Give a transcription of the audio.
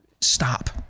Stop